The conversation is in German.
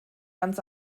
ganz